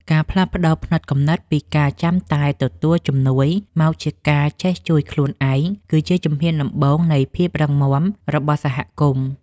ការផ្លាស់ប្តូរផ្នត់គំនិតពីការចាំតែទទួលជំនួយមកជាការចេះជួយខ្លួនឯងគឺជាជំហានដំបូងនៃភាពរឹងមាំរបស់សហគមន៍។